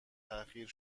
تحقیر